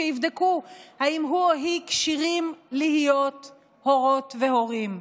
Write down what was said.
שיבדקו אם הוא או היא כשירים להיות הורות והורים.